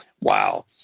Wow